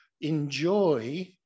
enjoy